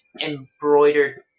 embroidered